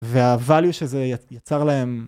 והvalue שזה יצר להם